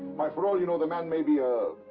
why, for all you know the man may be a.